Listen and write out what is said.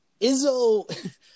Izzo